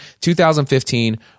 2015